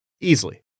Easily